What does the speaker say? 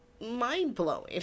mind-blowing